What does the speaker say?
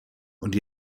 und